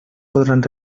podran